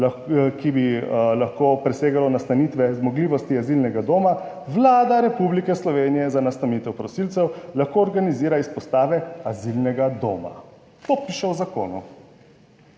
ki bi lahko presegalo nastanitve, zmogljivosti azilnega doma, Vlada Republike Slovenije za nastanitev prosilcev lahko organizira izpostave azilnega doma. To piše v zakonu.